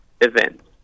events